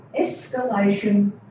escalation